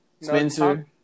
Spencer